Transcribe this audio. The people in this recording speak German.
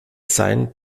sein